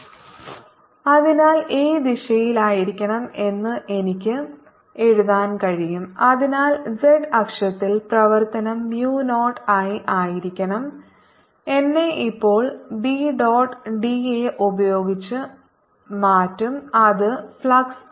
daϕ Az 2 R2R2z232 ϕπa2Bπa2NLI Azz a2NIL L2π2L2π2z232 അതിനാൽ A z ദിശയിലായിരിക്കണം എന്ന് എനിക്ക് എഴുതാൻ കഴിയും അതിനാൽ z അക്ഷത്തിൽ പ്രവർത്തനം mu 0 I ആയിരിക്കണം എന്നെ ഇപ്പോൾ B dot d a ഉപയോഗിച്ച് മാറ്റും അത് ഫ്ലക്സ് ആണ്